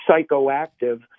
psychoactive